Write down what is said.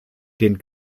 den